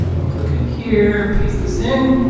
i'll click in here, paste this in.